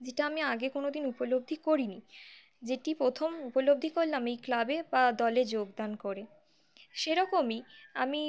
যেটা আমি আগে কোনো দিন উপলব্ধি করিনি যেটি প্রথম উপলব্ধি করলাম এই ক্লাবে বা দলে যোগদান করে সেরকমই আমি